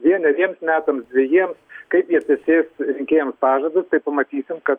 vieneriems metams dvejiems kaip jie tęsės rinkėjams pažadus tai pamatysim kad